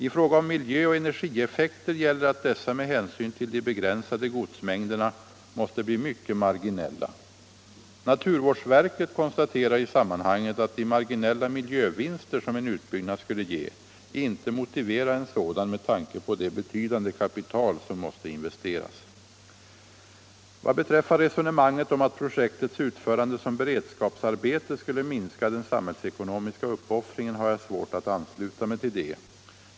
I fråga om miljöoch energieffekter gäller att dessa med hänsyn till de begränsade godsmängderna måste bli mycket marginella. Naturvårdsverket konstaterar i sammanhanget att de marginella miljövinster som en utbyggnad skulle ge inte motiverar en sådan med tanke på det betydande kapital som måste investeras. Vad beträffar resonemanget om att projektets utförande som bered skapsarbete skulle minska den samhällsekonomiska uppoffringen har jag svårt att ansluta mig till det.